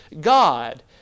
God